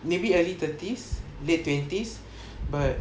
maybe early thirties late twenties but